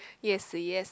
yes yes